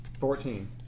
Fourteen